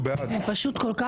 מי נמנע?